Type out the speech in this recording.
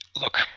Look